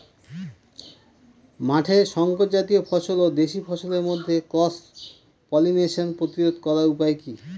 মাঠের শংকর জাতীয় ফসল ও দেশি ফসলের মধ্যে ক্রস পলিনেশন প্রতিরোধ করার উপায় কি?